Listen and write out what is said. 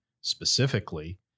specifically